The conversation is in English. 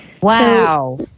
Wow